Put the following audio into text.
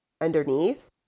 underneath